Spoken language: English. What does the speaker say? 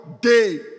day